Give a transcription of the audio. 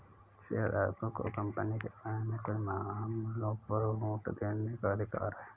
शेयरधारकों को कंपनी के बारे में कुछ मामलों पर वोट देने का अधिकार है